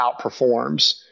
outperforms